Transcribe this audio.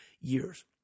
years